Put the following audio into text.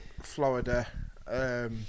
florida